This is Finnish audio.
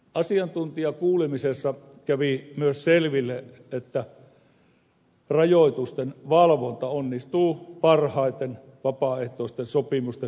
asiantuntijakuulemisessa kävi myös selville että rajoitusten valvonta onnistuu parhaiten vapaaehtoisten sopimusten kautta